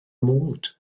mod